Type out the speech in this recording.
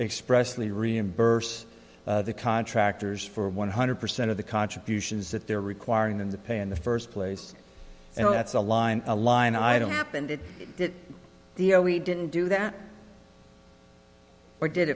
express the reimburse the contractors for one hundred percent of the contributions that they're requiring them to pay in the first place and that's a line a line item happened in the year we didn't do that or did